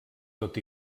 tot